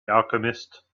alchemist